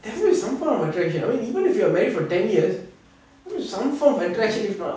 there is some of attraction I mean even if you are married for ten years some form of attraction if not